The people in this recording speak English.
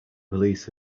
police